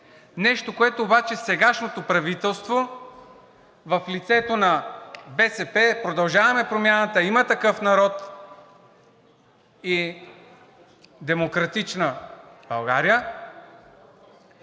Нещо, което обаче сегашното правителство, в лицето на БСП, „Продължаваме Промяната“, „Има такъв народ“ и „Демократична България“